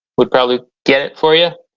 would probably get it for you.